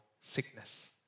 sickness